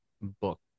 book